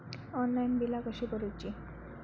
Online बिला कशी भरूची?